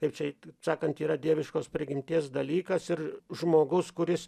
kaip čia sakant yra dieviškos prigimties dalykas ir žmogus kuris